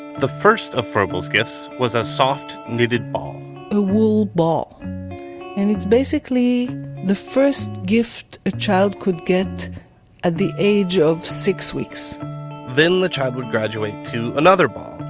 the first of froebel's gifts was a soft-knitted ball a wool ball and it's basically the first gift a child could get at the age of six weeks then the child would graduate to another ball,